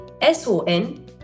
S-O-N